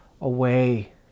away